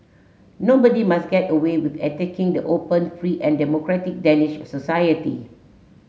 nobody must get away with attacking the open free and democratic Danish society